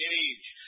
age